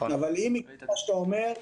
אם זה כמו שאתה אומר,